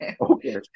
Okay